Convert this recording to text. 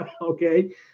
Okay